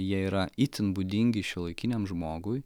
jie yra itin būdingi šiuolaikiniam žmogui